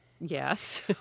Yes